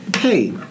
hey